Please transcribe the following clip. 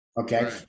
okay